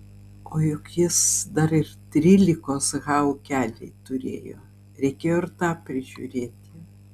o juk jis dar ir trylikos ha ūkelį turėjo reikėjo ir tą prižiūrėti